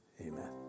Amen